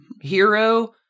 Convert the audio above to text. Hero